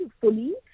fully